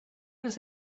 does